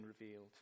revealed